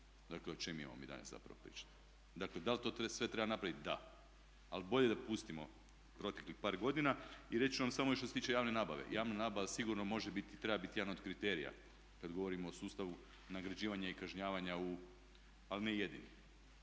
Dakle, o čemu imamo mi danas zapravo pričati? Dakle, da li to sve treba napraviti? Da. Ali bolje da pustimo proteklih par godina. Reći ću vam samo još što se tiče javne nabave. Javna nabava sigurno može biti i treba biti jedan od kriterija kad govorimo o sustavu nagrađivanja i kažnjavanja, ali ne jedini.